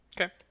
Okay